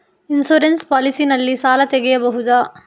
Insurance policy ನಲ್ಲಿ ಸಾಲ ತೆಗೆಯಬಹುದ?